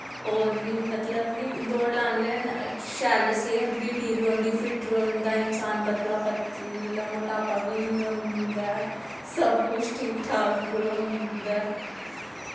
होर बी मतलब कि दौड़ लाने कन्नै शैल सेह्त बी ठीक रौंह्दी फिट्ट रौंह्दा इंसान पतला पतला मुटापा बी निं होंदा ऐ सब कुछ ठीक ठाक रौंह्दा ऐ